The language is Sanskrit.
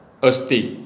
अस्ति